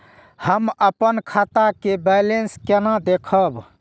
हम अपन खाता के बैलेंस केना देखब?